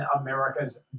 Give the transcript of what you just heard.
America's